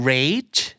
Rage